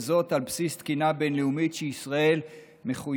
וזאת על בסיס תקינה בין-לאומית שישראל מחויבת